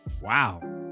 Wow